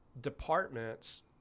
departments